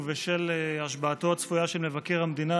בשל השבעתו הצפויה של מבקר המדינה,